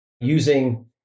using